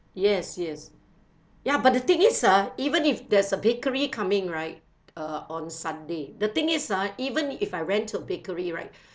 yes yes ya but the thing is ah even if there's a bakery coming right uh on sunday the thing is ah even if I rent to bakery right